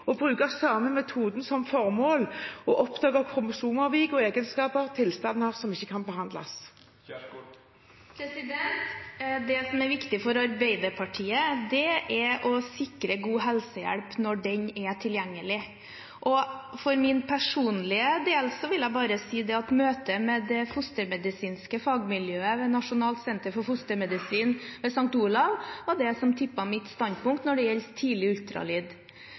å bruke den samme metoden med formålet å oppdage kromosomavvik, egenskaper og tilstander som ikke kan behandles? Det som er viktig for Arbeiderpartiet, er å sikre god helsehjelp når den er tilgjengelig. For min del vil jeg bare si at møtet med det fostermedisinske fagmiljøet ved Nasjonalt senter for fostermedisin ved St. Olavs hospital var det som tippet mitt standpunkt når det gjelder tidlig